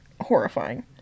horrifying